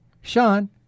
Sean